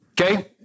Okay